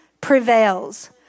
prevails